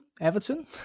Everton